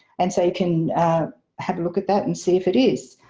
and so you can have a look at that and see if it is.